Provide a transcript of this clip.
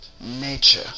nature